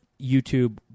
youtube